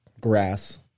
grass